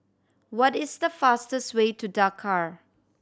what is the fastest way to Dakar